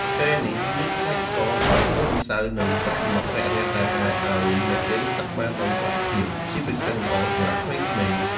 ឆ្នេរនេះមានខ្សាច់សល្អិតដូចម្សៅ និងទឹកសមុទ្ររាក់ៗដែលអាចឲ្យអ្នកលេងទឹកបានដោយសុវត្ថិភាព ជាពិសេសល្អសម្រាប់ក្មេងៗ។